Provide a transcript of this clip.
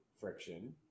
friction